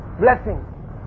blessing